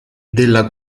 della